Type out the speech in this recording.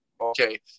okay